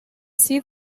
see